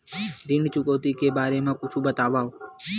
ऋण चुकौती के बारे मा कुछु बतावव?